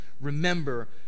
remember